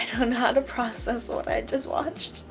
how to process what i just watched.